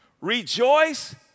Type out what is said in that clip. rejoice